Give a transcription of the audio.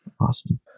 Awesome